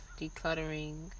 decluttering